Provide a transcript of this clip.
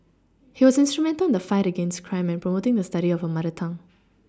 he was instrumental in the fight against crime and promoting the study of a mother tongue